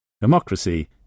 Democracy